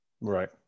Right